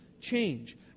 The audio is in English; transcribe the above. change